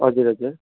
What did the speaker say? हजुर हजुर